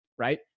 Right